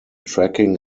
tracking